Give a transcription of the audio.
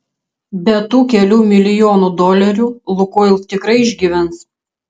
be tų kelių milijonų dolerių lukoil tikrai išgyvens